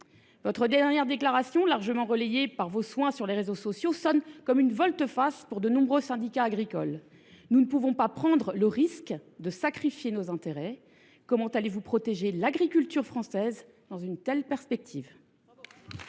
Votre dernière déclaration, largement relayée par vos soins sur les réseaux sociaux, sonne comme une volte face pour de nombreux syndicats agricoles. Nous ne pouvons prendre le risque de sacrifier nos intérêts. Comment allez vous protéger l’agriculture française dans une telle perspective ?